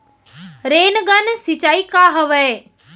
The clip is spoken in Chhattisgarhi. रेनगन सिंचाई का हवय?